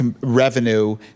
revenue